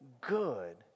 good